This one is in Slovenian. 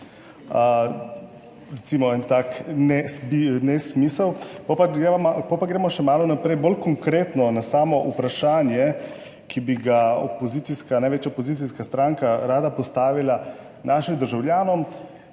recimo, en tak nesmisel. Gremo še malo naprej, bolj konkretno na samo vprašanje, ki bi ga opozicijska, največja opozicijska stranka rada postavila našim državljanom,